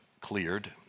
cleared